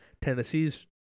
Tennessee's